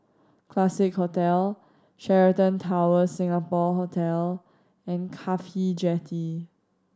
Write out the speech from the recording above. Classique Hotel Sheraton Towers Singapore Hotel and CAFHI Jetty